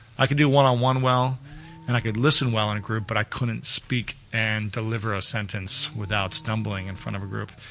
i could do one-on-one well and i could listen well in a group, but i couldn't speak and deliver a sentence without stumbling in front of a group.